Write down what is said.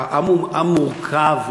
העם הוא עם מורכב,